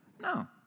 No